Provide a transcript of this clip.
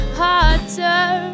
hotter